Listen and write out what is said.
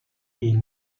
les